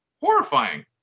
horrifying